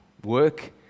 Work